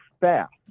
fast